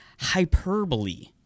hyperbole